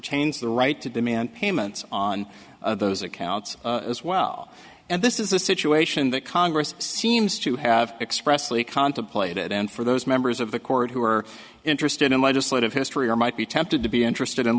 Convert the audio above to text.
change the right to demand payments on those accounts as well and this is a situation that congress seems to have expressly contemplated and for those members of the court who are interested in legislative history or might be tempted to be interested in